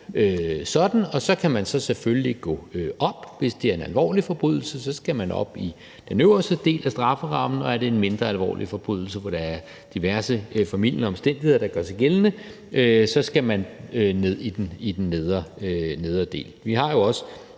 sådan. Og så kan man selvfølgelig gå op. Hvis det er en alvorlig forbrydelse, skal man op i den øverste del af strafferammen, og er det en mindre alvorlig forbrydelse, hvor der er diverse formildende omstændigheder, der gør sig gældende, skal man ned i den nedre del. Vi har jo også